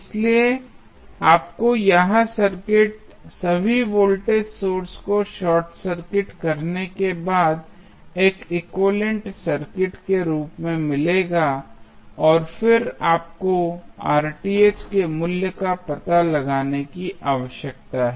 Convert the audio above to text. इसलिए आपको यह सर्किट सभी वोल्टेज सोर्सेज को शॉर्ट सर्किट करने के बाद एक एक्विवैलेन्ट सर्किट के रूप में मिलेगा और फिर आपको के मूल्य का पता लगाने की आवश्यकता है